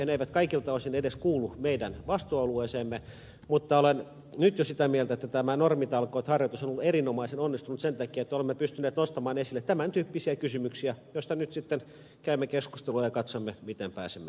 ne eivät kaikilta osin edes kuulu meidän vastuualueeseemme mutta olen nyt jo sitä mieltä että tämä normitalkooharjoitus on ollut erinomaisen onnistunut sen takia että olemme pystyneet nostamaan esille tämän tyyppisiä kysymyksiä joista nyt sitten käymme keskustelua ja katsomme miten pääsemme eteenpäin